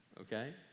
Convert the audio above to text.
okay